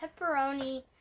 pepperoni